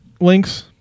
links